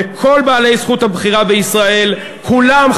וכל בעלי זכות הבחירה בישראל כולם,